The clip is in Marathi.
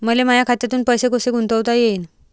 मले माया खात्यातून पैसे कसे गुंतवता येईन?